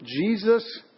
Jesus